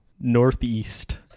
Northeast